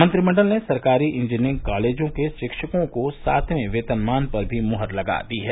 मंत्रिमंडल ने सरकारी इंजीनियरिंग कालेजों के शिक्षकों को सातवें वेतनमान पर भी मुहर लगा दी है